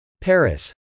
Paris